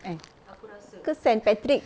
eh ke saint patrick